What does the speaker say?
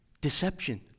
Deception